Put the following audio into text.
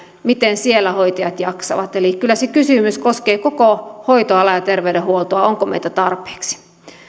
miten siellä hoitajat jaksavat eli kyllä se kysymys koskee koko hoitoalaa ja terveydenhuoltoa onko meitä tarpeeksi